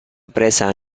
presa